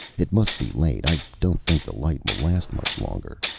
it must be late. i don't think the light will last much longer.